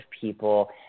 people